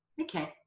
okay